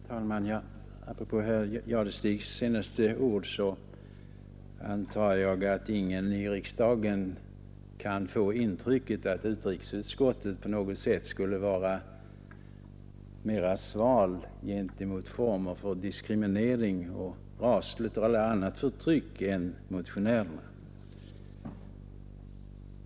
Herr talman! Apropå herr Jadestigs sista ord antar jag att ingen i riksdagen kan få intrycket att utrikesutskottet på något sätt skulle vara mera svalt gentemot former för diskriminering och rashets och annat förtryck än motionärerna.